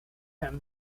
him